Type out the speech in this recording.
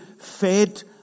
fed